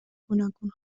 گوناگون